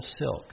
silk